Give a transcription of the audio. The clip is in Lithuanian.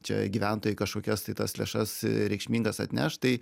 čia gyventojai kažkokias tai tas lėšas reikšmingas atneš tai